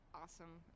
awesome